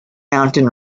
mountain